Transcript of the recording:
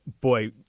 boy